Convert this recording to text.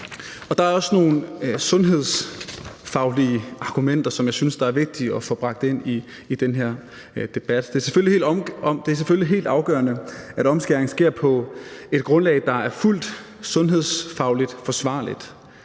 Der er også nogle sundhedsfaglige argumenter, som jeg synes er vigtige at få bragt ind i den her debat. Det er selvfølgelig helt afgørende, at omskæring sker på et grundlag, der er sundhedsfagligt fuldt forsvarligt.